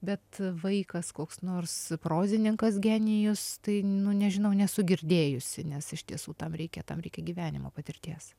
bet vaikas koks nors prozininkas genijus tai nu nežinau nesu girdėjusi nes iš tiesų tam reikia tam reikia gyvenimo patirties